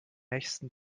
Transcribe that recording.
nächsten